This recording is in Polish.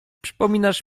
przypominasz